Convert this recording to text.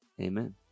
Amen